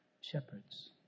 shepherds